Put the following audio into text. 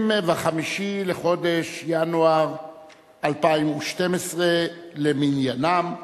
25 בחודש ינואר 2012 למניינם,